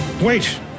Wait